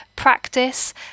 practice